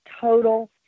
total